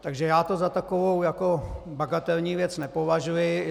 Takže já to za takovou bagatelní věc nepovažuji.